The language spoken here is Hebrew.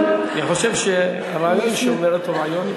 אני חושב שהרעיון שהיא אומרת הוא רעיון,